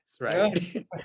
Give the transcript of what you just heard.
right